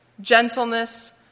gentleness